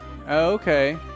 okay